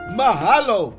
mahalo